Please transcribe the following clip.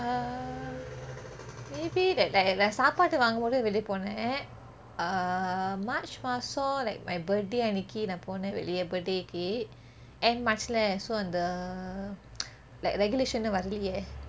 err maybe that like நான் சாப்பாடு வாங்கும்போது வெளியே போனேன்:naan saapadu vaangumpothu veliya ponen err march மாசம்:maasam like my birthday அன்னிக்கி நான் போனேன் வெளிய:anniki naan ponen veliya birthday க்கு:kku end march leh so அந்த:antha like regulation இன்னும் வரலேயே:innum varaleyeh